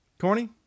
Corny